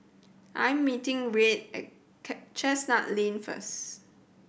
I'm meeting Reid at Chestnut Lane first